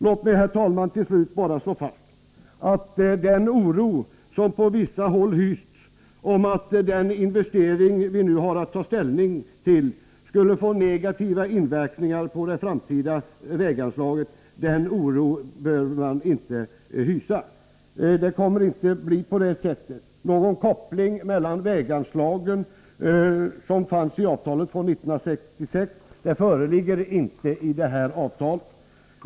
Låt mig, herr talman, till slut bara slå fast att man inte behöver hysa den oro som man på vissa håll hyst om att den investering vi nu har att ta ställning till skulle få negativa inverkningar på de framtida väganslagen. Det kommer inte att bli på det sättet — någon koppling med väganslagen, som fanns i avtalet från 1966, föreligger icke i detta avtal.